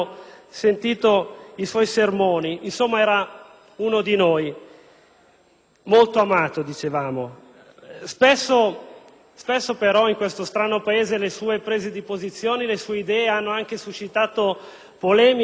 molto amato. *Spesso, però, in questo strano Paese le sue prese di posizione, le sue idee hanno suscitato polemiche, in particolare quando ha affrontato temi politicamente sensibili